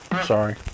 sorry